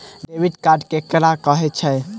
Debit card ककरा कहै छै?